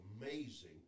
amazing